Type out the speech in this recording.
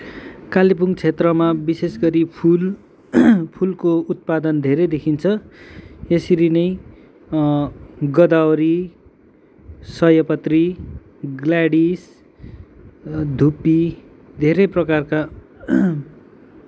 कालिम्पोङ क्षेत्रमा विशेष गरी फुल फुलको उत्पादन धेरै देखिन्छ यसरी नै गोदावरी सयपत्री ग्लेडिस धुप्पी धेरै प्रकारका